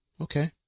okay